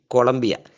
Colombia